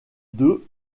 deux